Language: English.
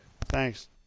Thanks